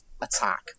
attack